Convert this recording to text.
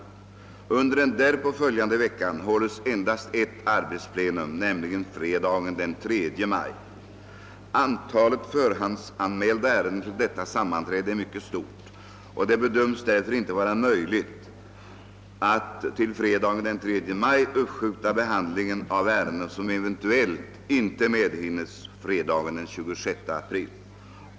Under den därpå följande veckan hålles endast ett arbetsplenum, nämligen fredagen den 3 maj. Antalet förhandsanmälda ärenden till detta sammanträde är mycket stort, och det bedömes därför icke vara möjligt att till fredagen den 3 maj uppskjuta behandlingen av ärenden som eventuellt icke medhinnes fredagen den 26 april.